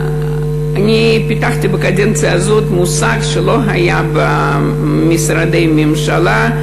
פיתחתי בקדנציה הזאת מושג שלא היה במשרדי הממשלה: